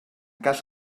cas